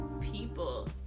people